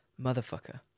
Motherfucker